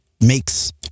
makes